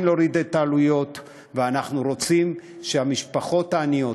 להוריד את העלויות ואנחנו רוצים שהמשפחות העניות,